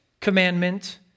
commandment